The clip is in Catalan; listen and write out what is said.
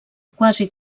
quasi